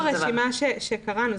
זה מתוך הרשימה שקראנו.